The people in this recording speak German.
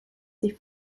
sie